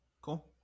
cool